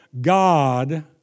God